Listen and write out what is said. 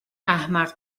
احمق